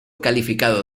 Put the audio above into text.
calificado